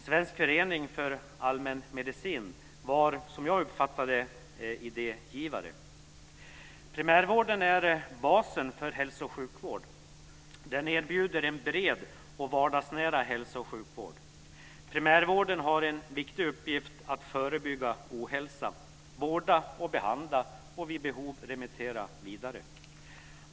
Svensk förening för allmänmedicin var, som jag uppfattat det, idégivare. Primärvården är basen för hälso och sjukvården. Den erbjuder en bred och vardagsnära hälso och sjukvård. Primärvården har en viktig uppgift att förebygga ohälsa, vårda och behandla och vid behov remittera vidare.